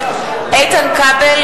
(קוראת בשמות חברי הכנסת) איתן כבל,